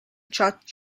shot